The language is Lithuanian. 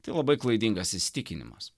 tai labai klaidingas įsitikinimas